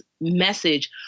message